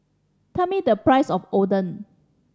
tell me the price of Oden